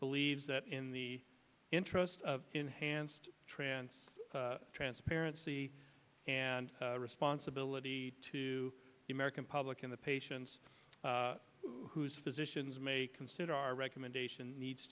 believes that in the interest of enhanced transfer transparency and responsibility to the american public and the patients whose physicians may consider our recommendations needs